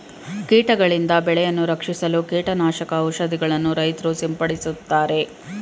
ಕೀಟಗಳಿಂದ ಬೆಳೆಯನ್ನು ರಕ್ಷಿಸಲು ಕೀಟನಾಶಕ ಔಷಧಿಗಳನ್ನು ರೈತ್ರು ಸಿಂಪಡಿಸುತ್ತಾರೆ